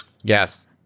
Yes